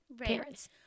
parents